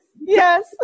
Yes